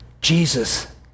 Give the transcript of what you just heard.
Jesus